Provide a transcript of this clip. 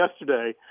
yesterday